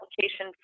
application